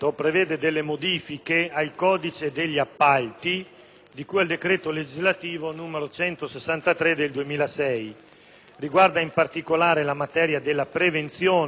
di cui al decreto legislativo n. 163 del 2006. Riguarda, in particolare, la materia della prevenzione di infiltrazioni mafiose in appalti pubblici,